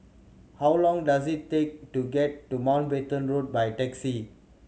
how long does it take to get to Mountbatten Road by taxi